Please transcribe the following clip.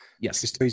Yes